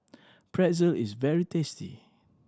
pretzel is very tasty